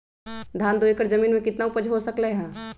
धान दो एकर जमीन में कितना उपज हो सकलेय ह?